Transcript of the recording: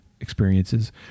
experiences